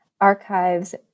archives